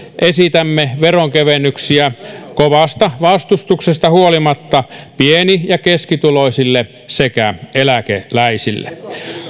esitämme veronkevennyksiä kovasta vastustuksesta huolimatta pieni ja keskituloisille sekä eläkeläisille